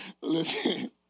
Listen